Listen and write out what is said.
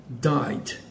died